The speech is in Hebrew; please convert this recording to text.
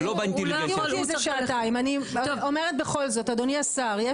אני אומרת בכל זאת אדוני השר,